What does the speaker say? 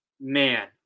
man